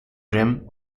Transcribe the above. rim